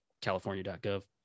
california.gov